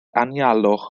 anialwch